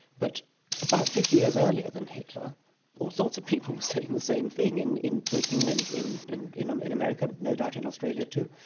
but about fifty years earlier than hitler all sorts of people were saying the same thing in in britain and in and in um america, no doubt in australia too,